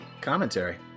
commentary